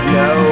no